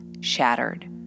shattered